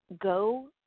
go